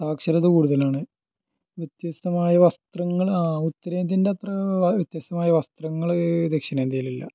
സാക്ഷരത കൂടുതലാണ് വ്യത്യസ്തമായ വസ്ത്രങ്ങൾ ഉത്തരേന്ത്യയന്റെ അത്ര വ്യത്യസ്തമായ വസ്ത്രങ്ങൾ ദക്ഷിണേന്ത്യയിലില്ല